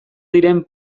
diren